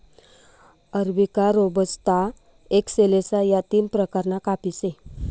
arabica, robusta, excelsa या तीन प्रकारना काफी से